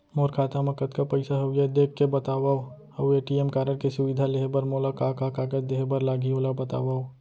मोर खाता मा कतका पइसा हवये देख के बतावव अऊ ए.टी.एम कारड के सुविधा लेहे बर मोला का का कागज देहे बर लागही ओला बतावव?